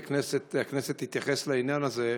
והכנסת תתייחס לעניין הזה,